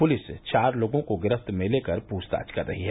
police चार लोगों को गिरफ्त में लेकर पूंछतांछ कर रही है